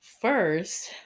first